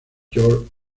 george